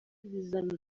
bizana